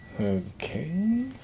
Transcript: okay